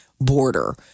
border